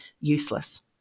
useless